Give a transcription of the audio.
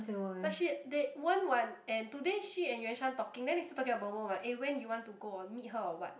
but she they Wen-Wan and today she and Yuan-Shan talking then is talking about Wen-Wan eh when you want to go oh meet her or what